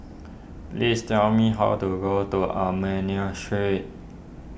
please tell me how to go to Armenian Street